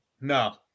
No